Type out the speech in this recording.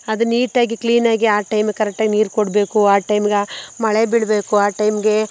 ಅದು ನೀಟಾಗಿ ಕ್ಲೀನಾಗಿ ಆ ಟೈಮ್ಗೆ ಕರೆಕ್ಟಾಗಿ ನೀರು ಕೊಡಬೇಕು ಆ ಟೈಮಿಗೆ ಮಳೆ ಬೀಳಬೇಕು ಆ ಟೈಮ್ಗೆ